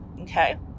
Okay